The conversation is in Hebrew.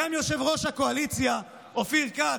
גם יושב-ראש הקואליציה אופיר כץ,